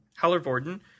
Hallervorden